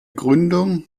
gründung